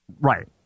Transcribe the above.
Right